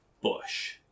bush